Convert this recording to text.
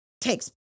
takes